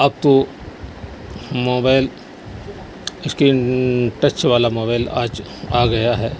اب تو mobile screen touch والا موبائل آ گیا ہے